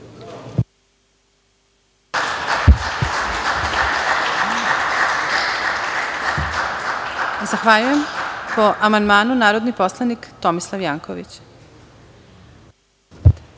Zahvaljujem. Po amandmanu, narodni poslanik Tomislav Janković.